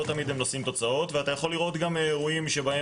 לא תמיד הם נושאים תוצאות ואתה יכול לראות גם אירועים שבהם